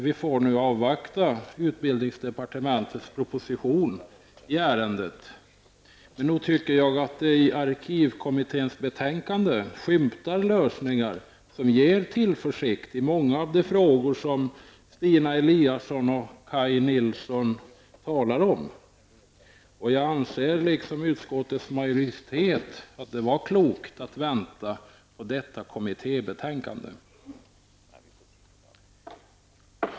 Vi får nu avvakta utbildningsdepartementets proposition i ärendet, men nog tycker jag att det i arkivkommitténs betänkande skymtar lösningar som ger tillförsikt i många av de frågor som Stina Eliasson och Kaj Nilsson talar om. Jag anser liksom utskottets majoritet att det var klokt att vänta på detta kommittébetänaknde.